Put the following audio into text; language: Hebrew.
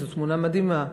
זאת תמונה מדהימה,